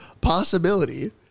possibility